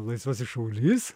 laisvasis šaulys